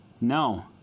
No